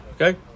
Okay